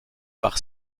par